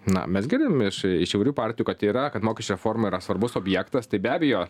na mes girdim iš iš įvairių partijų kad yra kad mokesčių reforma yra svarbus objektas tai be abejo